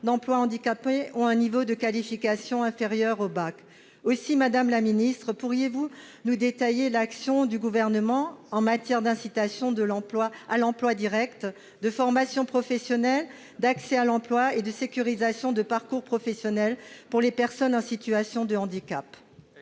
d'emploi handicapés ont un niveau de qualification inférieur au bac. Aussi, madame la secrétaire d'État, pourriez-vous nous détailler l'action du Gouvernement en matière d'incitation à l'emploi direct, de formation professionnelle, d'accès à l'emploi et de sécurisation des parcours professionnels pour les personnes en situation de handicap ?